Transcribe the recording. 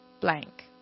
blank